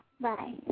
Bye